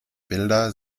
bilder